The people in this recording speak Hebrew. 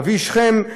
אבי שכם.